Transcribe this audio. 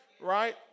Right